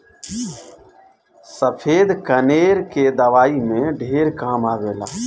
सफ़ेद कनेर के दवाई में ढेर काम आवेला